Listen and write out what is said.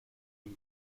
and